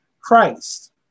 Christ